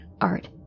art